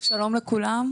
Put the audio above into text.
לכולם,